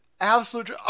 absolute